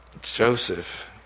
Joseph